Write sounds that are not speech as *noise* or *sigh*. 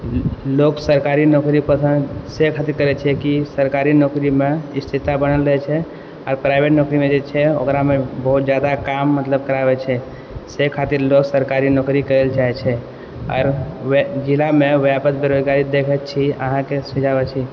लोक सरकारी नौकरी पसन्दसे खातिर करै छै कि सरकारी नौकरमे स्थिरता बनल रहै छै आओर प्राइवेट नौकरीमे जे छै ओकरामे बहुत जादा काम मतलब कराबै छै से खातिर लोग सरकारी नौकरी करै लए चाहै छै आओर जिलामे व्यापत बेरोजगारी देखै छी *unintelligible*